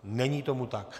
Není tomu tak.